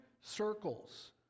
circles